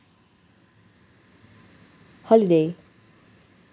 holiday